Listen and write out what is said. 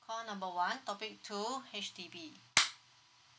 call number one topic two H_D_B